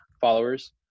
followers